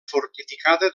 fortificada